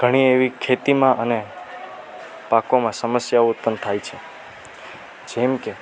ઘણી એવી ખેતીમાં અને પાકોમાં સમસ્યાઓ ઉત્પન્ન થાય છે જેમ કે